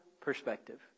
perspective